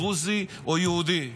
דרוזי או יהודי.